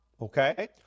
Okay